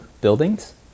buildings